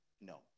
No